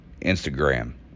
Instagram